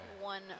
one